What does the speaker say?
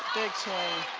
big swing.